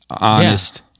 honest